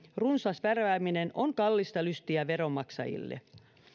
runsas värvääminen ovat kallista lystiä veronmaksajille